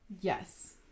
Yes